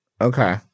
Okay